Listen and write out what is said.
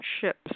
ships